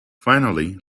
finally